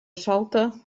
solta